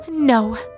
No